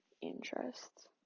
interests